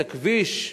זה כביש,